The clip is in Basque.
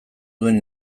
duen